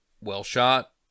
well-shot